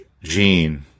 Gene